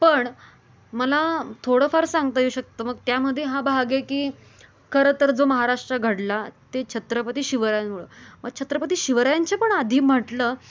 पण मला थोडंफार सांगता येऊ शकतं मग त्यामध्ये हा भाग आहे की खरं तर जो महाराष्ट्र घडला ते छत्रपती शिवरायांमुळं मग छत्रपती शिवरायांचे पण आधी म्हटलं